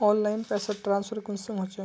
Online पैसा transfer कुंसम होचे?